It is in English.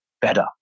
better